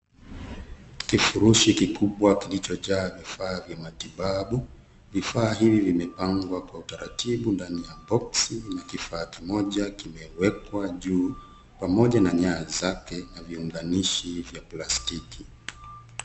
Kifurishi kikubwa kilicho jaa vifaa vya matibabu. Vifaa hivi vimepangwa kwa utaratibu ndani ya boxi na kifaa kimoja kimewekwa juu pamoja na nyaya zake na viunganishi vya plastiki.